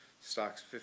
stock's